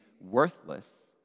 worthless